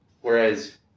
Whereas